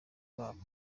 babo